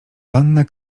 panna